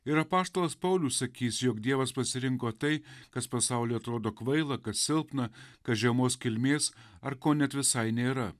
ir apaštalas paulius sakys jog dievas pasirinko tai kas pasauly atrodo kvaila kas silpna kas žemos kilmės ar net visai nėra